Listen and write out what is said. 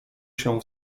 się